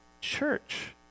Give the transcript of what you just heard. church